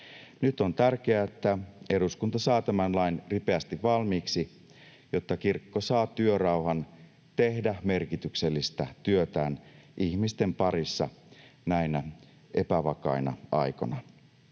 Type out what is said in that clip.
Nyt on tärkeää, että eduskunta saa tämän lain ripeästi valmiiksi, jotta kirkko saa työrauhan tehdä merkityksellistä työtään ihmisten parissa näinä epävakaina aikoina.